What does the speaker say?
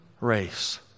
race